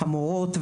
המורות,